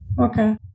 Okay